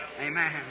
Amen